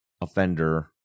offender